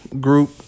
group